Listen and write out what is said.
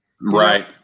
Right